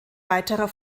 weiterer